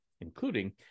including